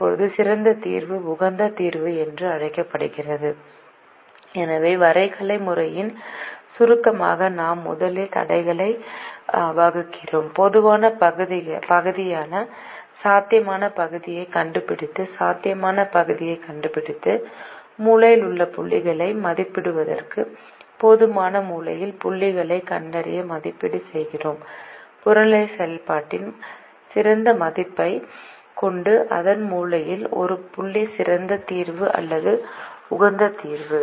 இப்போது சிறந்த தீர்வு உகந்த தீர்வு என்று அழைக்கப்படுகிறது எனவே வரைகலை முறையின் சுருக்கமாக நாம் முதலில் தடைகளை வகுக்கிறோம் பொதுவான பகுதியான சாத்தியமான பகுதியைக் கண்டுபிடித்து சாத்தியமான பகுதியைக் கண்டுபிடித்து மூலையில் உள்ள புள்ளிகளை மதிப்பிடுவதற்கு போதுமான மூலையில் புள்ளிகளைக் கண்டறிய மதிப்பீடு செய்கிறோம் புறநிலை செயல்பாட்டின் சிறந்த மதிப்பைக் கொண்ட அந்த மூலையில் உள்ள புள்ளி சிறந்த தீர்வு அல்லது உகந்த தீர்வு